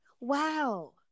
wow